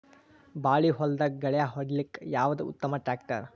ಬಾಳಿ ಹೊಲದಾಗ ಗಳ್ಯಾ ಹೊಡಿಲಾಕ್ಕ ಯಾವದ ಉತ್ತಮ ಟ್ಯಾಕ್ಟರ್?